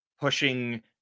pushing